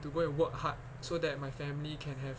to go and work hard so that my family you can have